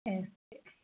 ऐसे